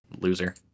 Loser